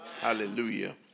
Hallelujah